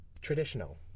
traditional